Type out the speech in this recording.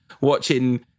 watching